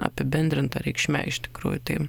apibendrinta reikšme iš tikrųjų tai